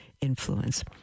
influence